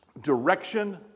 direction